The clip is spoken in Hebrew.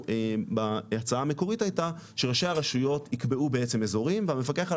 בהצעה המקורית הייתה שראשי הרשויות יקבעו בעצם אזורים והמפקח על